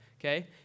Okay